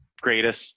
greatest